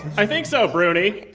i think so, bruni.